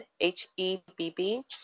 H-E-B-B